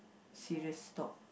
serious talk